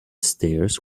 stairs